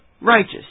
righteous